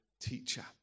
teacher